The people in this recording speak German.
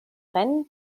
rennen